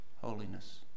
holiness